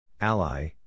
Ally